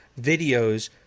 videos